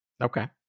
Okay